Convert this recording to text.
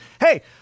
Hey